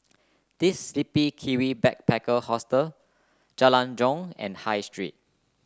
The Sleepy Kiwi Backpacker Hostel Jalan Jong and High Street